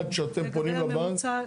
עד שאתם פונים לבנק --- לגבי הממוצע,